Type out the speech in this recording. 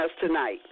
tonight